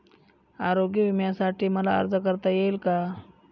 आरोग्य विम्यासाठी मला अर्ज करता येईल का?